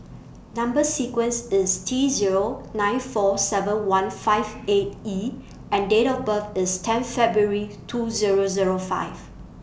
Number sequence IS T Zero nine four seven one five eight E and Date of birth IS ten February two Zero Zero five